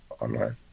online